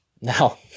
Now